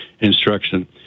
instruction